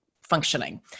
functioning